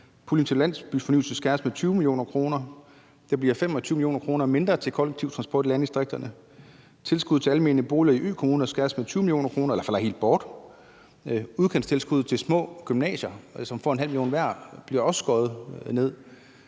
puljen til landsbyfornyelse skæres med 20 mio. kr., der bliver 25 mio. kr. mindre til kollektiv transport i landdistrikterne, tilskuddet til almene boliger i økommunerne skæres med 20 mio. kr., eller det falder helt bort, og udkantstilskuddet til de små gymnasier, som får 0,5 mio. kr., bliver også skåret ned.